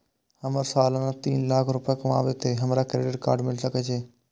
हमर सालाना तीन लाख रुपए कमाबे ते हमरा क्रेडिट कार्ड मिल सके छे?